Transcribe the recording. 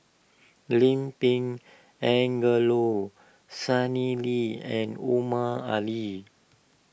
Lim Pin Angelo Sanelli and Omar Ali